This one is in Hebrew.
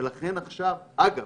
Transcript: אגב,